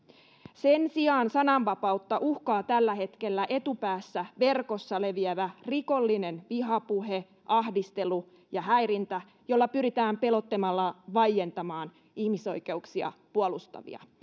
sen sijaan sananvapautta uhkaa tällä hetkellä etupäässä verkossa leviävä rikollinen vihapuhe ahdistelu ja häirintä jolla pyritään pelottelemalla vaientamaan ihmisoikeuksia puolustavia